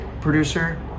producer